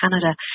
Canada